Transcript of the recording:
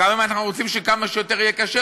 גם אם אנחנו רוצים שכמה שיותר יהיה כשר,